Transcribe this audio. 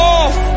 off